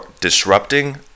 disrupting